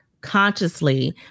consciously